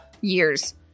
years